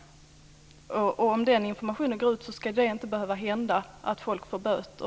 Om den informationen går ut ska det inte behöva hända att folk får böter.